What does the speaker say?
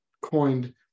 coined